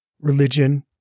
religion